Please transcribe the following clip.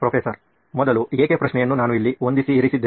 professor ಮೊದಲು ಏಕೆ ಪ್ರಶ್ನೆಯನ್ನು ನಾನು ಇಲ್ಲಿ ಹೊಂದಿಸಿ ಇರಿಸಿದ್ದೇನೆ